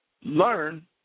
learn